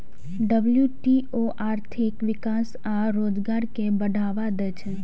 WTO आर्थिक विकास आ रोजगार कें बढ़ावा दै छै